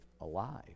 alive